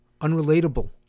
unrelatable